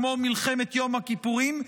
כמו מלחמת יום הכיפורים,